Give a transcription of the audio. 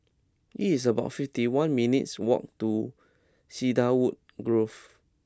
it's about fifty one minutes' walk to Cedarwood Grove